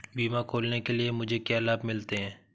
बीमा खोलने के लिए मुझे क्या लाभ मिलते हैं?